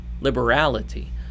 liberality